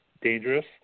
dangerous